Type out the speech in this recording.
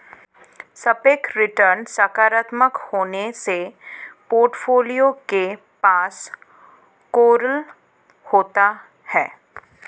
सापेक्ष रिटर्न सकारात्मक होने से पोर्टफोलियो के पास कौशल होता है